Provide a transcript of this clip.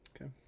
Okay